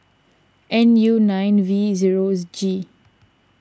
N U nine V zeros G